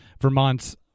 Vermont's